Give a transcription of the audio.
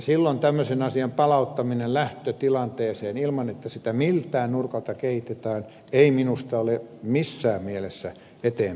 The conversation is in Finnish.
silloin tämmöisen asian palauttaminen lähtötilanteeseen ilman että sitä miltään nurkalta kehitetään ei minusta ole missään mielessä eteenpäinmenoa